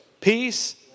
Peace